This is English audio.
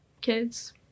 kids